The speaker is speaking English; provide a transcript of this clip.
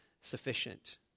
sufficient